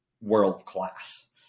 world-class